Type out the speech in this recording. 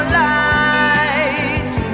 light